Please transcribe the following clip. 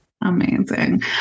Amazing